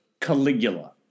Caligula